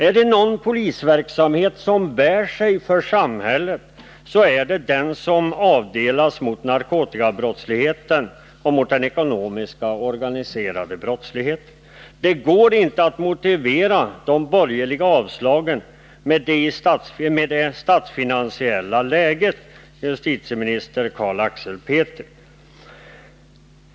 Är det någon polisverksamhet som bär sig för samhället, så är det den som avdelas mot narkotikabrottsligheten och mot den ekonomiska och organiserade brottsligheten. Det går inte att motivera de borgerliga avslagen med det statsfinansiella läget, justitieminister Carl Axel Petri.